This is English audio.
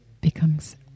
becomes